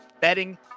betting